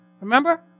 Remember